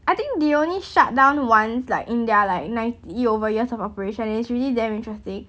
I think they only shut down once like in their like ninety over years of operation and it's really damn interesting